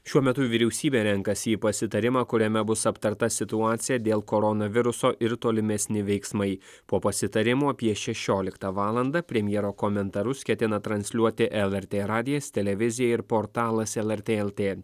šiuo metu vyriausybė renkasi į pasitarimą kuriame bus aptarta situacija dėl koronaviruso ir tolimesni veiksmai po pasitarimų apie šešioliktą valandą premjero komentarus ketina transliuoti lrt radijas televizija ir portalas lrt lt